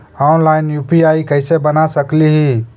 Online UPI कैसे बना सकली ही?